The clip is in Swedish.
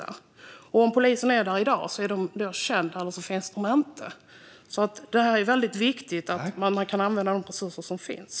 Om polisen är där i dag är de kända, eller så finns de inte. Det är viktigt att man kan använda de resurser som finns.